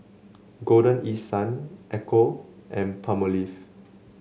Golden East Sun Ecco and Palmolive